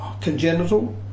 Congenital